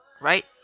right